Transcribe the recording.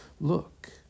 Look